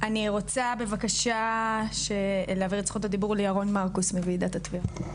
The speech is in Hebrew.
אני רוצה בבקשה להעביר את זכות הדיבור לירון מרקוס מוועידת התביעות.